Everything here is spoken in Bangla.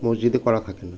মসজিদে করা থাকে না